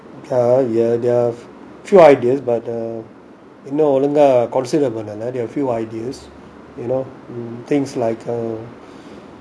ah ya there are few ideas but இன்னும்ஒழுங்கா:innum olunga consider பண்ணனும்:pannanum few ideas you know things like